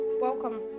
Welcome